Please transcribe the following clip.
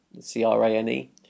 C-R-A-N-E